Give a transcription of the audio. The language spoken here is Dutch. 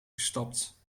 gestapt